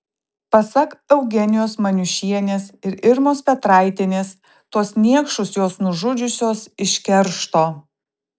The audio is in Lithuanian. pasak eugenijos maniušienės ir irmos petraitienės tuos niekšus jos nužudžiusios iš keršto